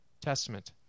testament